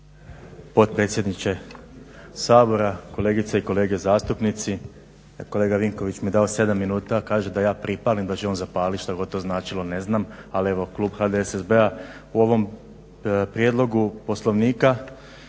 potpredsjedniče Sabora, kolegice i kolege zastupnici. Kolega Vinković mi je dao 7 minuta, kaže da ja pripalim da će on zapaliti što god to značilo. Ne znam, ali evo klub HDSSB-a u ovom prijedlogu Poslovnika